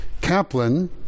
Kaplan